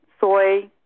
soy